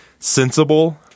Sensible